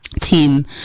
team